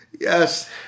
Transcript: Yes